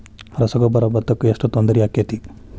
ರಸಗೊಬ್ಬರ, ಭತ್ತಕ್ಕ ಎಷ್ಟ ತೊಂದರೆ ಆಕ್ಕೆತಿ?